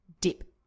dip